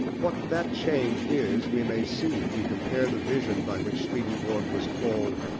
what that change is we may see if we compare the vision by which swedenborg was called,